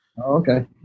Okay